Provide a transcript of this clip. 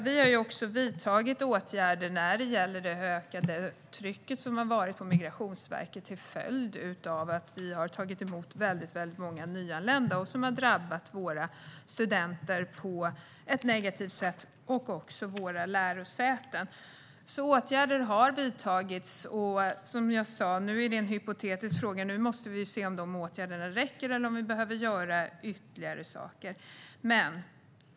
Vi har också vidtagit åtgärder vad gäller det ökade tryck på Migrationsverket som har varit till följd av att Sverige har tagit emot väldigt många nyanlända, vilket har drabbat vår studenter och lärosäten på ett negativt sätt. Åtgärder har alltså vidtagits. Nu får vi se om dessa åtgärder räcker eller om vi behöver göra mer.